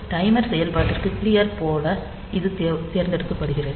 timer செயல்பாட்டிற்கு clear போல இது தேர்ந்தெடுக்கப்படுகிறது